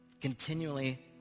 continually